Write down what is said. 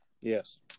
Yes